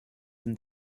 and